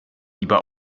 lieber